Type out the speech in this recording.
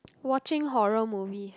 watching horror movies